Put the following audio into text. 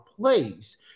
place